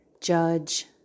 judge